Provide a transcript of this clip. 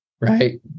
right